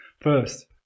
first